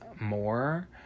more